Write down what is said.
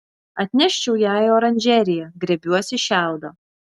atneščiau ją į oranžeriją griebiuosi šiaudo